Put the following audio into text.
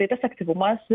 tai tas aktyvumas